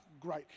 great